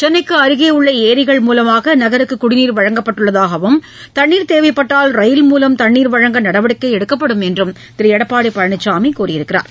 சென்னைக்குஅருகேஉள்ளஏரிகள் மூலமாகநகருக்குடிநீர் வழங்கப்பட்டுள்ளதாகவும் தண்ணீர் தேவைப்பாட்டல் ரயில் மூலம் தண்ணீர் வழங்க நடவடிக்கைஎடுக்கப்படும் என்றும் திருஎடப்பாடிபழனிசாமிகூறினார்